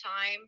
time